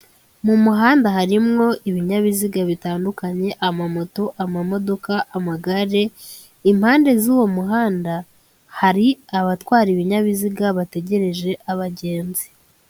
Mu muhanda harimo ibinyabiziga bitandukanye amamoto, amamodoka, amagare, impande z'uwo muhanda hari abatwara ibinyabiziga bategereje abagenzi.